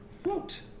float